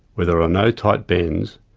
where there are no tight bends,